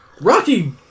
Rocky